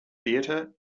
theatre